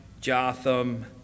Jotham